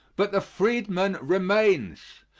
but the freedman remains.